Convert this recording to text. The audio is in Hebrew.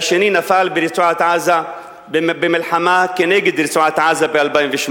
והשני נפל ברצועת-עזה במלחמה כנגד רצועת-עזה ב-2008.